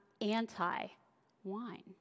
anti-wine